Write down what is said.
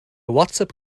whatsapp